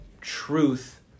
truth